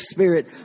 Spirit